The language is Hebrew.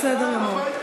בסדר גמור.